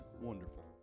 wonderful